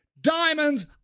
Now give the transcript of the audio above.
diamonds